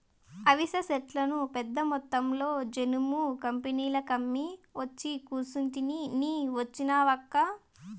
అవిసె సెట్లను పెద్దమొత్తంలో జనుము కంపెనీలకమ్మి ఒచ్చి కూసుంటిని నీ వచ్చినావక్కా